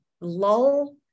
lull